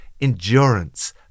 endurance